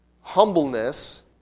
humbleness